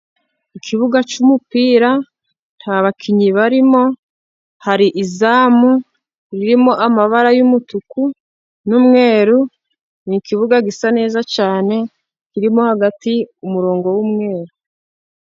Ikibuga cy'umupira nta bakinnyi barimo, hari izamu ririmo amabara y'umutuku n'umweru. Ni ikibuga gisa neza cyane kirimo hagati umurongo w'umweru.